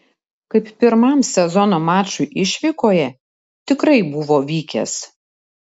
kaip pirmam sezono mačui išvykoje tikrai buvo vykęs